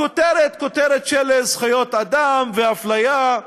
הכותרת היא כותרת של זכויות אדם והפליה,